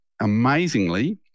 amazingly